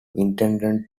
intended